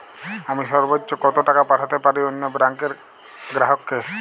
আমি সর্বোচ্চ কতো টাকা পাঠাতে পারি অন্য ব্যাংক র গ্রাহক কে?